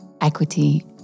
equity